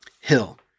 Hill